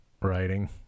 Writing